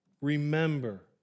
remember